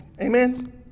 Amen